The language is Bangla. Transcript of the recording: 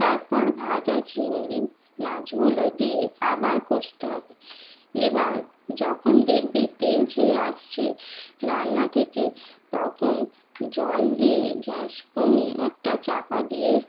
তারপর ভাজা চিংড়ি মাছগুলো দিয়ে আবার কষতে হবে এবার যখন দেখবে তেল ছেড়ে আসছে রান্না থেকে তখন জল দিয়ে গ্যাস কমিয়ে একটা চাপা দিয়ে